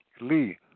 Lee